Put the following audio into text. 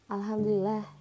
Alhamdulillah